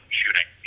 shooting